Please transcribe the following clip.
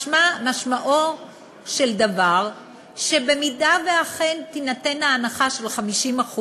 משמעו של דבר שאם אכן תינתן ההנחה של 50%,